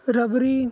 ਰਵਰੀ